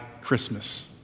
Christmas